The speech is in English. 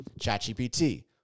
ChatGPT